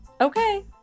okay